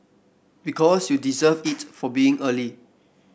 because you deserve it for being early